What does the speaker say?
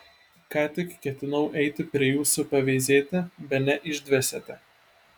ką tik ketinau eiti prie jūsų paveizėti bene išdvėsėte